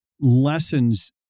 lessons